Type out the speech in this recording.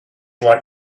like